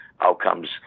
outcomes